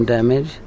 Damage